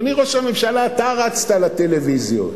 אדוני ראש הממשלה, אתה רצת לטלוויזיות,